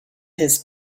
his